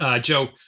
Joe